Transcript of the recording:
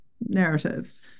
narrative